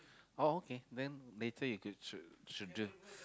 oh okay then later you could should should do